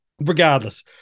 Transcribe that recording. regardless